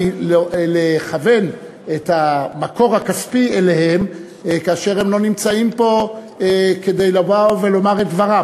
לכוון את המקור הכספי אליהם כאשר הם לא נמצאים פה כדי לומר את דברם.